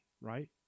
right